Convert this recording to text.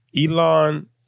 Elon